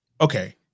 Okay